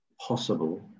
possible